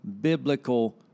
biblical